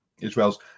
Israel's